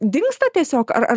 dingsta tiesiog ar ar